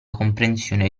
comprensione